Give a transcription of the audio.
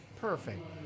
perfect